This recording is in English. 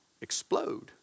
explode